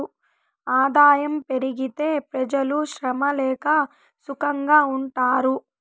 ఆదాయం పెరిగితే పెజలు శ్రమ లేక సుకంగా ఉంటారు